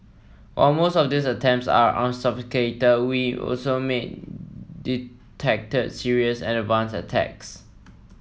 while most of these attempts are unsophisticated we also made detected serious and advanced attacks